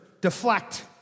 deflect